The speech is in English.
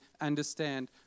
understand